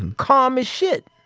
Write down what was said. and calm as shit!